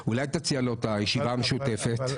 אולי תציע לו את הישיבה המשותפת?